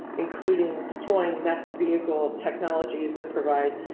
including deploying next vehicle technologies that provide.